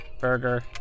burger